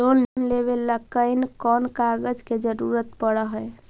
Loan लेबे ल कैन कौन कागज के जरुरत पड़ है?